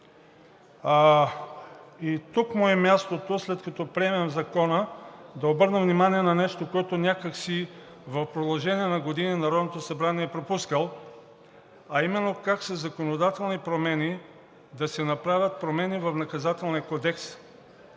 Тук му е мястото, след като приемем Закона, да обърнем внимание на нещо, което някак си в продължение на години Народното събрание е пропускало, а именно как със законодателни промени да се направят промени в Наказателния кодекс,